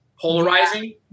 Polarizing